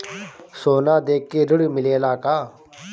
सोना देके ऋण मिलेला का?